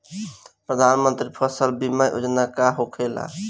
प्रधानमंत्री फसल बीमा योजना का होखेला?